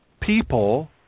people